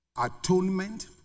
atonement